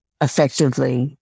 effectively